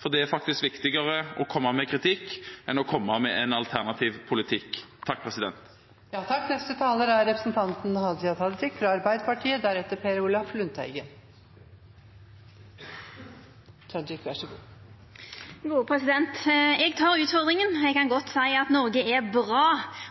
for det er viktigere å komme med kritikk enn å komme med en alternativ politikk. Eg tek utfordringa, eg kan godt seia at Noreg er bra,